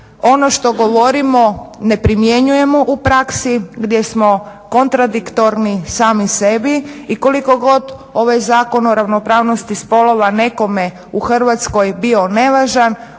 ono što govorimo ne primjenjujemo u praksi, gdje smo kontradiktorni sami sebi i koliko god ovaj Zakon o ravnopravnosti spolova nekome u Hrvatskoj bio nevažan,